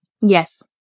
Yes